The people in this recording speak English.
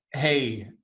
hey,